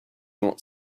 not